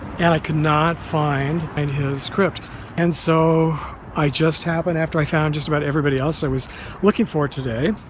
and i could not find and his crypt and so i just happened after i found just about everybody else i was looking forward today.